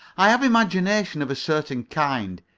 i have imagination of a certain kind.